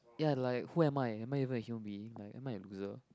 ya like who am I am I even a human being like am I a loser